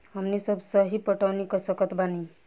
हमनी सब सतही पटवनी क सकतऽ बानी जा